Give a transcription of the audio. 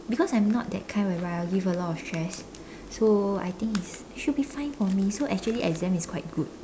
because I'm not that kind whereby I'll give a lot of stress so I think it's they should be fine for me so actually exam is quite good